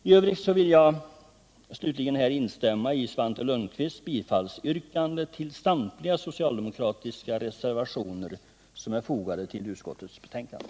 I övrigt vill jag instämma i Svante Lundkvists yrkande om bifall till samtliga socialdemokratiska reservationer vid utskottets betänkande.